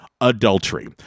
adultery